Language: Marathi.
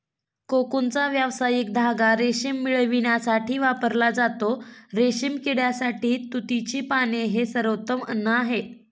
कोकूनचा व्यावसायिक धागा रेशीम मिळविण्यासाठी वापरला जातो, रेशीम किड्यासाठी तुतीची पाने हे सर्वोत्तम अन्न आहे